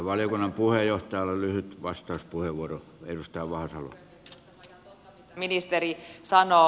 tämä on ihan totta mitä ministeri sanoo